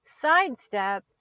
sidestep